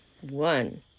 One